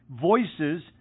voices